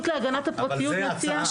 להגנת הפרטיות הוציאה --- אבל זו הצעה.